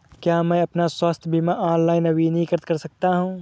क्या मैं अपना स्वास्थ्य बीमा ऑनलाइन नवीनीकृत कर सकता हूँ?